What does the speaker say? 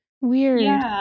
Weird